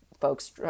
folks